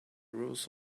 rules